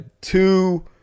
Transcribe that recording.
two